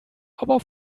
aber